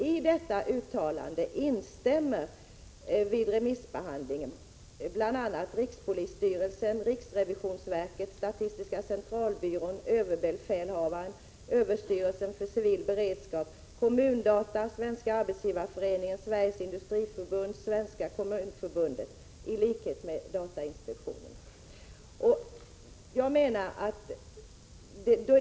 I detta uttalande instämmer remissinstanserna, bl.a. rikspolisstyrelsen, riksrevisionsverket, statistiska centralbyrån, överbefälhavaren, överstyrelsen för civil beredskap, Kommundata, Svenska arbetsgivareföreningen, Sveriges industriförbund, Svenska kommunförbundet och datainspektionen.